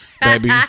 baby